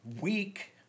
weak